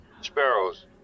sparrows